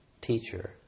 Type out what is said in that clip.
teacher